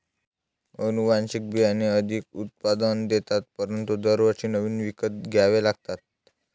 अनुवांशिक बियाणे अधिक उत्पादन देतात परंतु दरवर्षी नवीन विकत घ्यावे लागतात